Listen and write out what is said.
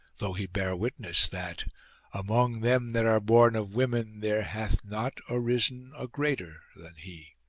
though he bare witness that among them that are born of women there hath not arisen a greater than he